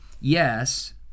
Yes